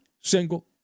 single